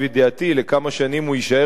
לכמה שנים הוא יישאר בישראל,